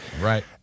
Right